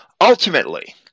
Ultimately